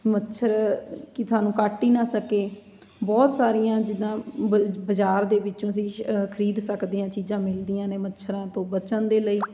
ਮੱਛਰ ਕਿ ਤੁਹਾਨੂੰ ਕੱਟ ਹੀ ਨਾ ਸਕੇ ਬਹੁਤ ਸਾਰੀਆਂ ਜਿੱਦਾਂ ਬ ਬਾਜ਼ਾਰ ਦੇ ਵਿੱਚੋਂ ਅਸੀਂ ਖ਼ਰੀਦ ਸਕਦੇ ਹਾਂ ਚੀਜ਼ਾਂ ਮਿਲਦੀਆਂ ਨੇ ਮੱਛਰਾਂ ਤੋਂ ਬਚਣ ਦੇ ਲਈ